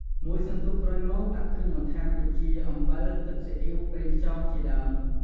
មួយសន្ទុះក្រោយមក ដាក់គ្រឿងបន្ថែមដូចជា អំបិល ទឹកស៊ីអ៊ីវប្រេងខ្យងជាដើម។